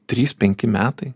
trys penki metai